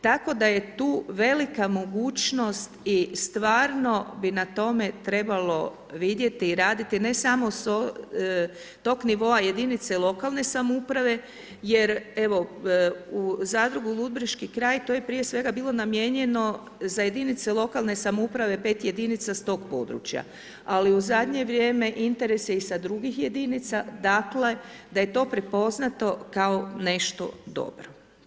Tako da je tu velika mogućnost i stvarno bi na tome trebalo vidjeti i raditi ne samo s tog nivoa jedinice lokalne samouprave jer evo u zadrugu u Ludbreški kraj to je prije svega bilo namijenjeno za jedinice lokalne samouprave, 5 jedinica s tog područja ali u zadnje vrijeme interes je i sa drugih jedinica, dakle da je to prepoznato kao nešto dobro.